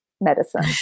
medicine